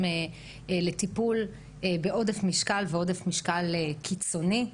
לטיפול בעודף משקל ועודף משקל קיצוני.